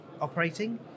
operating